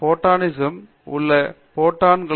பேராசிரியர் பிரதாப் ஹரிதாஸ் போட்டான்கள்